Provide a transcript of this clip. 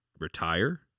retire